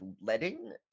letting